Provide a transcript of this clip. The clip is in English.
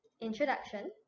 introduction